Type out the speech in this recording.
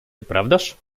nieprawdaż